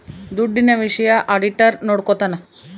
ದುಡ್ಡಿನ ವಿಷಯ ಆಡಿಟರ್ ನೋಡ್ಕೊತನ